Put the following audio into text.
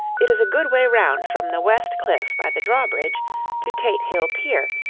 it is a good way round from the west cliff by the drawbridge to tate hill pier,